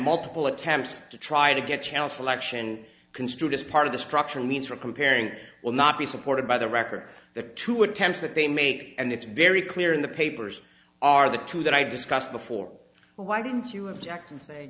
multiple attempts to try to get channel selection construed as part of the structure means for comparing will not be supported by the record the two attempts that they made and it's very clear in the papers are the two that i discussed before why didn't you o